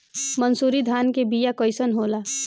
मनसुरी धान के बिया कईसन होला?